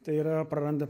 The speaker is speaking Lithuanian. tai yra praranda